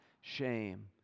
shame